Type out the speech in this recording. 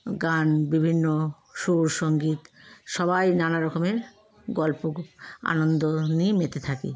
গান বিভিন্ন সুর সংগীত সবাই নানা রকমের গল্পগু আনন্দ নিয়ে মেতে থাকি